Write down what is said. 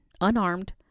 unarmed